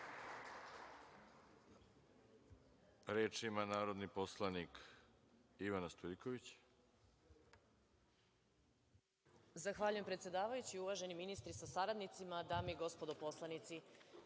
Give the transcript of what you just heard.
Reč ima narodni poslanik Ivana Stojiljković.